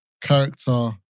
character